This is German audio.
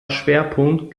schwerpunkt